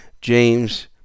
James